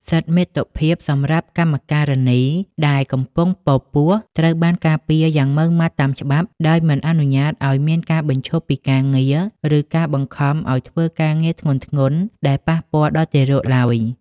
សិទ្ធិមាតុភាពសម្រាប់កម្មការិនីដែលកំពុងពពោះ ត្រូវបានការពារយ៉ាងម៉ឺងម៉ាត់តាមច្បាប់ ដោយមិនអនុញ្ញាតឱ្យមានការបញ្ឈប់ពីការងារ ឬការបង្ខំឱ្យធ្វើការងារធ្ងន់ៗដែលប៉ះពាល់ដល់ទារកឡើយ។